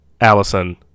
Allison